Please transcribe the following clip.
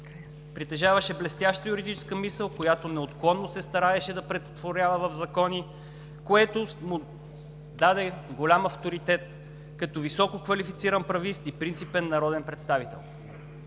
Притежаваше блестяща юридическа мисъл, която неотклонно се стараеше да претворява в закони, което му даде голям авторитет като висококвалифициран правист и принципен народен представител.